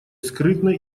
скрытной